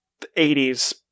80s